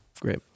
great